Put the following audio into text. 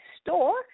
store